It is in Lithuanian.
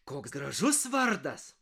koks gražus vardas